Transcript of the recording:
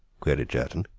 queried jerton.